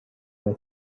way